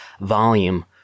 volume